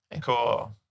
Cool